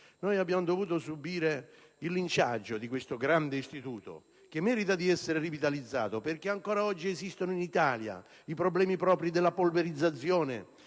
abbiamo dovuto subire il linciaggio di questo grande istituto, che merita di essere rivitalizzato. Ancora oggi esistono, infatti, in Italia i problemi propri della polverizzazione